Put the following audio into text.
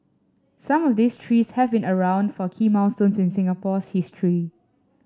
some of these trees have been around for key milestones in Singapore's history